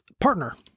partner